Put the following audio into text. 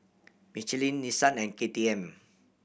Michelin Nissan and K T M